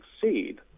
succeed